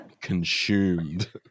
Consumed